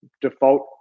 default